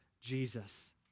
Jesus